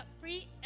free